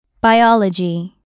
Biology